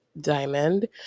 diamond